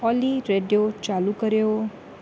ऑली रेडियो चालू कयो